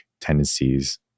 tendencies